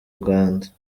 rwanda